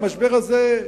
המשבר הזה,